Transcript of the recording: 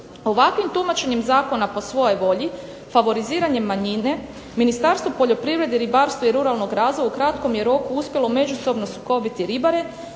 Ovakvim tumačenjem zakona po svojoj volji, favoriziranjem manjine, Ministarstvo poljoprivrede, ribarstva i ruralnog razvoja u kratkom je roku uspjelo međusobno sukobiti ribare,